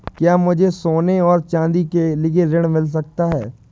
क्या मुझे सोने और चाँदी के लिए ऋण मिल सकता है?